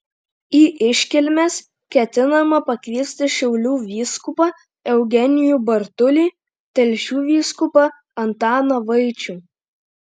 į iškilmes ketinama pakviesti šiaulių vyskupą eugenijų bartulį telšių vyskupą antaną vaičių